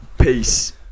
Peace